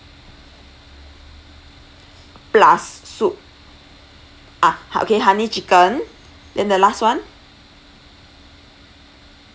plus soup ah ha okay honey chicken then the last one